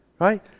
Right